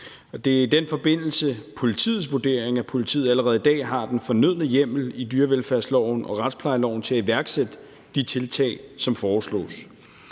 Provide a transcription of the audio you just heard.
Det er i den forbindelse politiets vurdering, at politiet allerede i dag har den fornødne hjemmel i dyrevelfærdsloven og retsplejeloven til at iværksætte de tiltag, som foreslås.